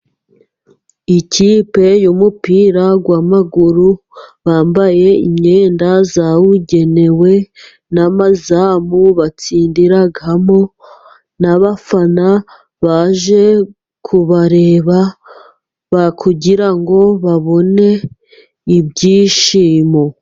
Ikipe y'umupira w'amaguru bambaye imyenda yabugenewe ,n'amazamu batsindiramo, n'abafana baje kubareba ,kugira ngo babone ibyishimo.